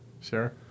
Sure